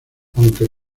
aunque